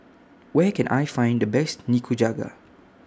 Where Can I Find The Best Nikujaga